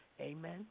Amen